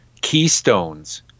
keystones